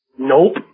Nope